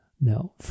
No